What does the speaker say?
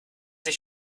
sich